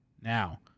now